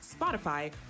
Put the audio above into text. Spotify